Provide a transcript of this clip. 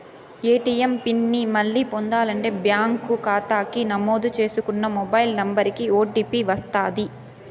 ATM PIN ని మళ్ళీ పొందాలంటే బ్యాంకు కాతాకి నమోదు చేసుకున్న మొబైల్ నంబరికి ఓ.టీ.పి వస్తది